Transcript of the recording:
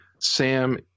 Sam